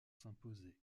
s’imposer